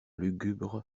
lugubre